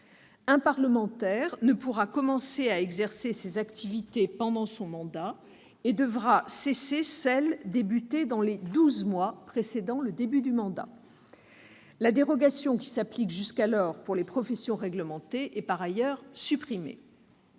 un parlementaire ne pourra commencer à exercer de telles activités pendant son mandat et devra cesser celles qui ont débuté au cours des douze mois précédant le début de son mandat. La dérogation qui s'applique pour les professions réglementées est par ailleurs supprimée.